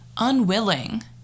unwilling